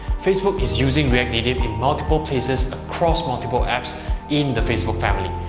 facebook is using react native in multiple places across multiple apps in the facebook family.